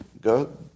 Go